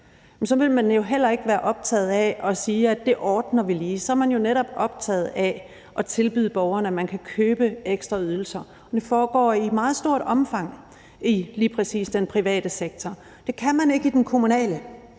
så vil man jo heller ikke være optaget af at sige, at det ordner vi lige. Så er man jo netop optaget af at tilbyde borgerne, at de kan købe ekstra ydelser, og det foregår i meget stort omfang i lige præcis den private sektor. Det kan man ikke i den kommunale